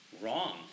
wrong